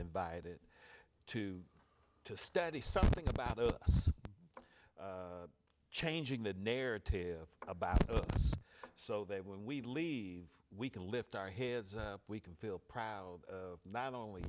invited to to study something about changing the narrative about us so they when we leave we can lift our heads up we can feel proud not only